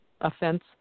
offense